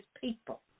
people